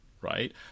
right